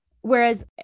Whereas